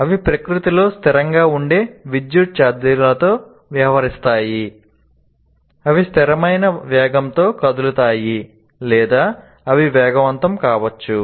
అవి ప్రకృతిలో స్థిరంగా ఉండే విద్యుత్ చార్జీలతో వ్యవహరిస్తాయి అవి స్థిరమైన వేగంతో కదులుతాయి లేదా అవి వేగవంతం కావచ్చు